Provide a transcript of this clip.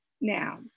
Now